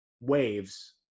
waves